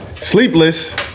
sleepless